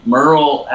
Merle